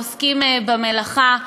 העוסקים במלאכה,